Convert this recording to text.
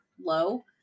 low